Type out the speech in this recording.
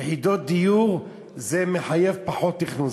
יחידות דיור, מחייב פחות תכנון.